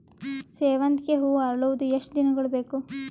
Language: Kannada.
ಸೇವಂತಿಗೆ ಹೂವು ಅರಳುವುದು ಎಷ್ಟು ದಿನಗಳು ಬೇಕು?